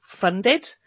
funded